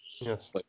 Yes